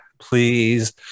please